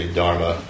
Dharma